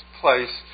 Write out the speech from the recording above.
place